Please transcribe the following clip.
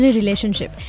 relationship